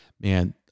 Man